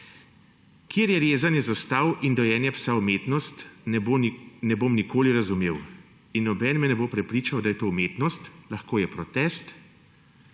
Kjer je rezanje zastav in dojenje psa umetnost, ne bom nikoli razumel. Nihče me ne bo prepričal, da je to umetnost. Lahko je protest.